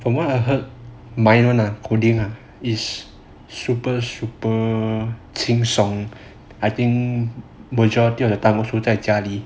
from what I heard my [one] ah coding is super super 轻松 I think majority of the time 是在家里